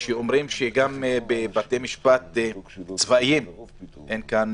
שאומרים שגם בבתי משפט צבאיים אין כאן